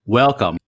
Welcome